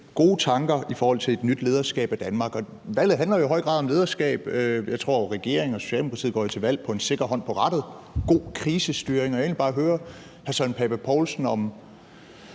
gode tanker i forhold til et nyt lederskab af Danmark. Valget handler jo i høj grad om lederskab. Jeg tror, regeringen og Socialdemokratiet går til valg på en sikker hånd på rattet og god krisestyring, og jeg vil egentlig bare høre hr. Søren Pape Poulsen, om